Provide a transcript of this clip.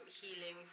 healing